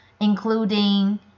including